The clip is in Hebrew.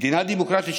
מדינה דמוקרטית,